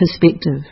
perspective